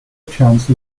chance